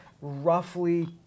roughly